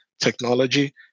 technology